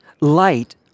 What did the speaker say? Light